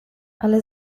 ale